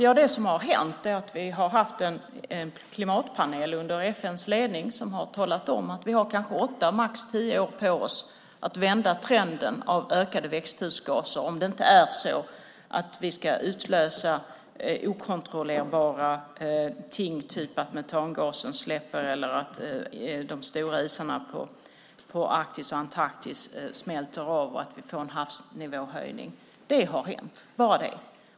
Ja, det som har hänt är att vi har haft en klimatpanel under FN:s ledning som har talat om att vi kanske har åtta eller max tio år på oss att vända trenden med ökade växthusgaser, om vi inte ska utlösa okontrollerbara ting, typ att metangasen släpper eller att de stora isarna på Arktis och Antarktis smälter och vi får en havsnivåhöjning. Det är bara det som har hänt.